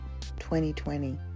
2020